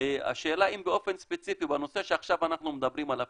השאלה אם באופן ספציפי בנושא שעכשיו אנחנו מדברים עליו,